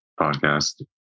podcast